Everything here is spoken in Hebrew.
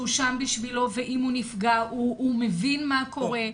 שהוא שם בשבילו ואם הוא נפגע, הוא מבין מה קורה.